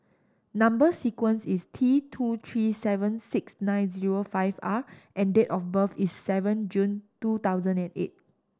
number sequence is T two three seven six nine zero five R and date of birth is seven June two thousand and eight